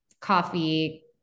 coffee